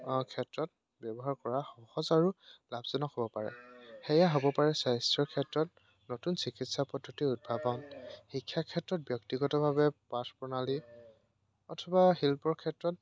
ক্ষেত্ৰত ব্যৱহাৰ কৰা সহজ আৰু লাভজনক হ'ব পাৰে সেয়াই হ'ব পাৰে স্বাস্থ্যৰ ক্ষেত্ৰত নতুন চিকিৎসা পদ্ধতিৰ উদ্ভাৱন শিক্ষাৰ ক্ষেত্ৰত ব্যক্তিগতভাৱে পাঠ প্ৰণালী অথবা শিল্পৰ ক্ষেত্ৰত